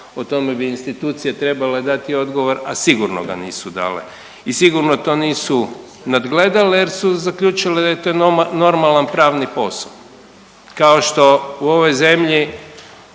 o tome bi institucije trebale dati odgovor, a sigurno ga nisu dale i sigurno to nisu nadgledale jer su zaključile da je to normalan pravni posao, kao što u ovoj zemlji